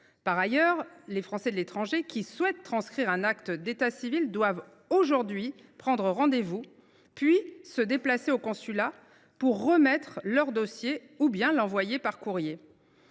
à 95 %. Les Français de l’étranger qui souhaitent transcrire un acte d’état civil doivent aujourd’hui prendre rendez vous, puis se déplacer au consulat pour remettre leur dossier, ou bien l’envoyer par courrier